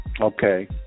Okay